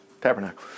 Tabernacle